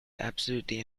absolutely